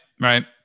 right